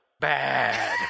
Bad